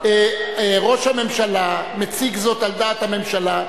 ראש הממשלה מציג זאת על דעת הממשלה.